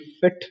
fit